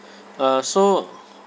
uh so